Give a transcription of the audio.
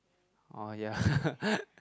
oh ya